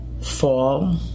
fall